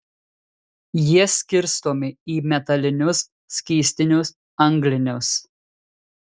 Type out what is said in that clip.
jie skirstomi į metalinius skystinius anglinius